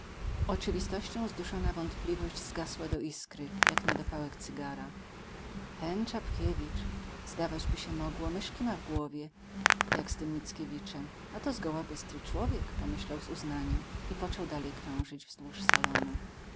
oczywistością zduszona wątpliwość zgasła do iskry jak niedopałek cygara ten czapkiewicz zdawaćby się mogło myszki ma w głowie jak z tym mickiewiczem a to zgoła bystry człowiek pomyślał z uznaniem i począł dalej krążyć wzdłuż salonu